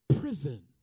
prison